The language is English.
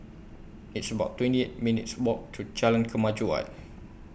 It's about twenty eight minutes' Walk to Jalan Kemajuan